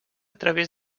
través